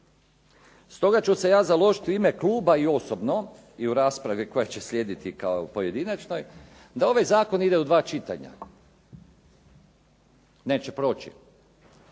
Stoga ću se ja založiti u ime kluba i osobno i u raspravi koja će slijediti pojedinačnoj, da ovaj zakon ide u dva čitanja. Neće proći.